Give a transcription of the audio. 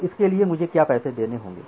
तो इसके लिए मुझे क्या पैसा देना होगा